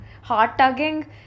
heart-tugging